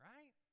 Right